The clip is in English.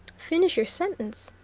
finish your sentence,